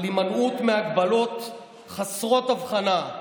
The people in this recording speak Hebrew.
על הימנעות מהגבלות חסרות הבחנה,